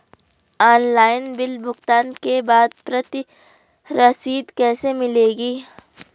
Online bill भुगतान के बाद प्रति रसीद कैसे मिलेगी?